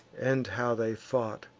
and how they fought.